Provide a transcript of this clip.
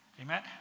Amen